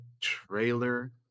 trailer